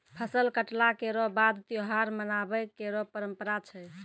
फसल कटला केरो बाद त्योहार मनाबय केरो परंपरा छै